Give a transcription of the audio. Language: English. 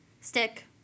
stick